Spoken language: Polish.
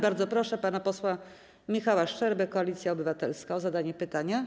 Bardzo proszę pana posła Michała Szczerbę, Koalicja Obywatelska, o zadanie pytania.